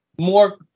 more